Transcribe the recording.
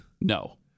No